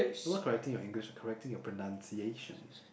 I'm not correcting your English I'm correcting your pronunciation